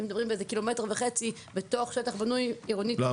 אם מדברים באיזה קילומטר וחצי בתוך שטח בנוי עירוני --- מה